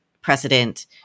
precedent